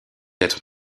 être